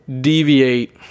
deviate